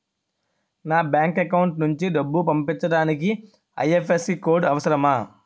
నా bank account నుంచి డబ్బు పంపించడానికి ఐ.ఎఫ్.ఎస్.సి కోడ్ అవసరమా?